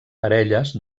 parelles